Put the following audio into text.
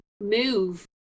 move